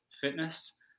fitness